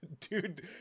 Dude